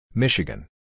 Michigan